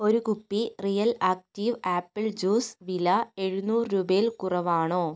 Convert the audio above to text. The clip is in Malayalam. ഒരു കുപ്പി റിയൽ ആക്റ്റീവ് ആപ്പിൾ ജ്യൂസ് വില എഴുന്നൂറ് രൂപയിൽ കുറവാണോ